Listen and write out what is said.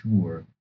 sure